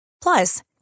Plus